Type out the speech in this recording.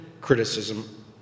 criticism